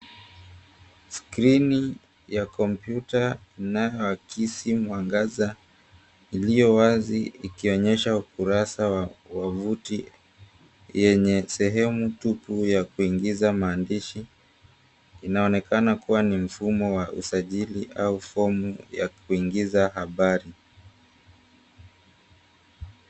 Skrini ya kompyuta inayoakisi mwangaza ilio wazi ikionyesha ukurasa wa wavuti yenye sehemu tupu ya kuingiza maandishi. Inaonekana kuwa ni mfumo wa usajili au fomu ya kuingiza habari.